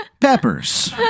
Peppers